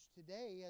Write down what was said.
today